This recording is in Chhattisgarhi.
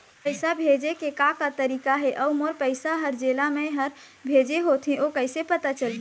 पैसा भेजे के का का तरीका हे अऊ मोर पैसा हर जेला मैं हर भेजे होथे ओ कैसे पता चलही?